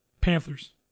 Panthers